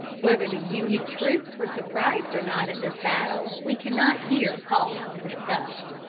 whether the union troops were surprised or not at this battle, we cannot here pause to discuss.